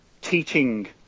teaching